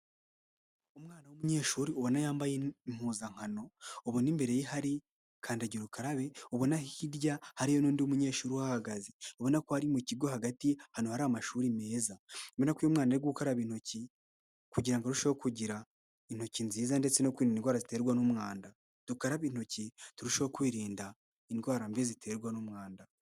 Umwana w'umunyeshuri ubona yambaye impuzankano, ubona imbere ye hari kandagira ukarabe, ubona hirya hariyo n'undi munyeshuri uhahagaze, ubona ko ari mu kigo hagati ahantu hari amashuri meza. Ubona ko uyu umwana ari gukaraba intoki kugira ngo arusheho kugira intoki nziza, ndetse no kwirinda indwara ziterwa n'umwanda. Dukarabe intoki turusheho kwirinda indwara mbi ziterwa n'umwanda.